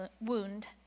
wound